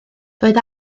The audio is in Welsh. doedd